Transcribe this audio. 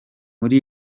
muri